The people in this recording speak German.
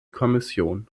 kommission